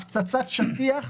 הפצצת שטיח,